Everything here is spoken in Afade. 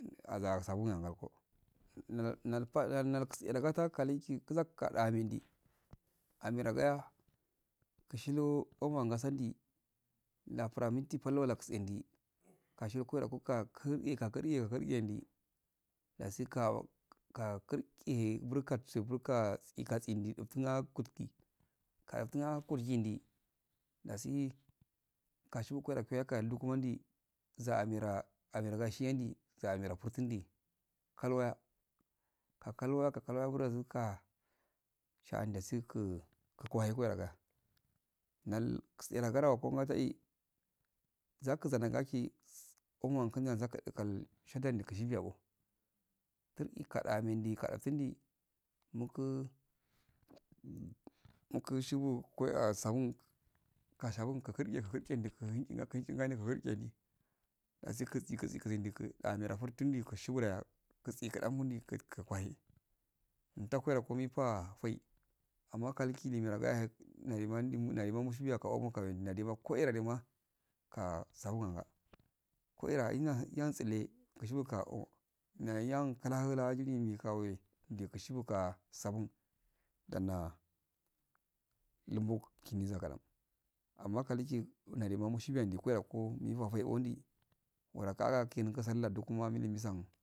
Aza sabun yahe ngalko kuzak kuduhamendi amaragaya kushiyo omowa saudi lafura minti pal walla kitsen di kashiro koira kulka kurqe kurqe ndi dasi kawo ka kurqihe burka tsi burka tsikndi diftinha kurjiidi dasi kashikukora piya kora luqumandi za amira amira gashiyandi za amira furtundi kalwaya ka kalwa ka kalwa fra ika sha anda siku kukirahe kwaraka nal kutse huragoko ngatai zakuzangati umowan kunzan zakadikal shadda zakashibiya o turdoida medi kada fini muku muku shibu ah sabun ka sabun kakurji kurji ndu khunji hunehin gas ndu kuhurchindu asi kusi kusi kisindi da amerafa tundi kashifudaya kutsi kadau mundi kukahe untakwara komifa fai amma kaliki limira gayehe naliman ndi nalima mushiya ka amo kaowera nanga ko eradema ka sahin anga ko- era inna yan tsille kashigubio nayan kluhola jili mikaowe ndishifaku sabun danna linbu kisinda kadan amma kaliki nadama mushibuyandi mufago gondi walaqa a sanda kukkuma muliqi misan